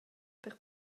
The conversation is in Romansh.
per